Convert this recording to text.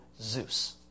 Zeus